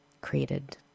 created